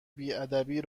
بیادبی